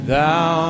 Thou